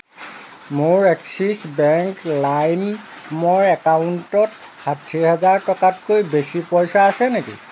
মোৰ Axis bank লাইমৰ একাউণ্টত ষাঠি হাজাৰ টকাতকৈ বেছি পইচা আছে নেকি